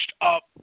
up